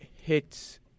hits